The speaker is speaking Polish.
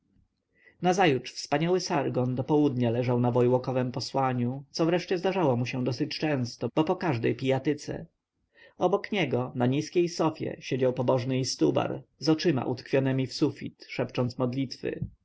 nazajutrz wspaniały sargon do południa leżał na wojłokowem posłaniu co wreszcie zdarzało mu się dosyć często bo po każdej pijatyce obok niego na niskiej sofie siedział pobożny istubar z oczyma utkwionemi w sufit szepcząc modlitwy